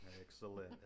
Excellent